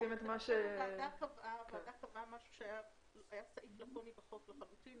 היה סעיף לקוני בחוק לחלוטין,